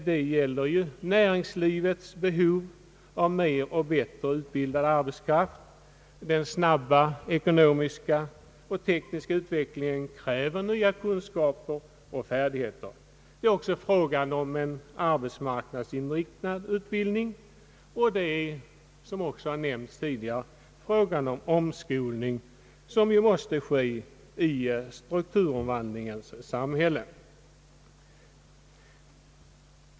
Det gäller näringslivets behov av mer och bättre utbildad arbetskraft. Den snabba ekonomiska och tekniska utvecklingen kräver nya kunskaper och färdigheter. Det är också härvidlag fråga om en arbetsmarknadsinriktad utbildning och, såsom även har nämnts tidigare, en omskolning som måste ske i strukturomvandlingens samhälle.